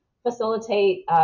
facilitate